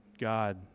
God